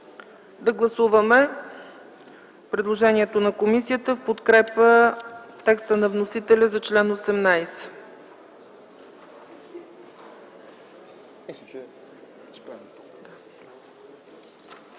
Да гласуваме предложението на комисията в подкрепа текста на вносителя за чл. 18.